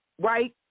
right